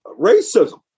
racism